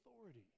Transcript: authority